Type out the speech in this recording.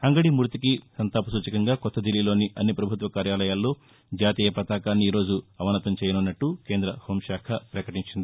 అంగడి మృతికి సంతాప సూచకంగా కొత్తదిల్లీలోని అన్ని ప్రభుత్వ కార్యాలయాల్లో జాతీయ పతాకాన్ని ఈరోజు అవనతం చేయనున్నట్ల కేం్రద హోం శాఖ పకటించింది